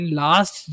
last